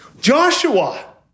Joshua